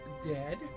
Dead